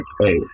Hey